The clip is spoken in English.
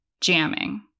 jamming